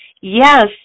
Yes